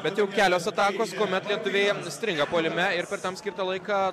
bet jau kelios atakos kuomet lietuviai stringa puolime ir per tam skirtą laiką